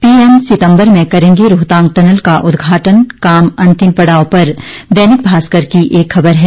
PM सितंबर में करेंगे रोहतांग टनल का उदघाटन काम अंतिम पड़ाव पर दैनिक भास्कर की एक खबर है